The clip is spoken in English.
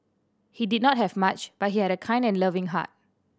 he did not have much but he had a kind and loving heart